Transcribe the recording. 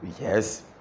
Yes